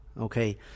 Okay